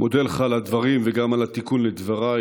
מודה לך על הדברים, וגם על התיקון לדבריי.